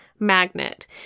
Magnet